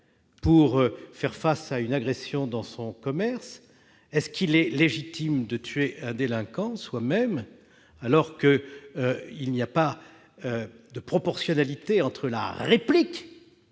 pour faire face à une agression dans son commerce ? Est-il légitime de tuer soi-même un délinquant, alors qu'il n'y a pas de proportionnalité entre la réplique